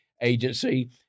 Agency